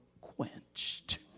quenched